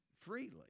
freely